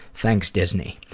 thanks disney.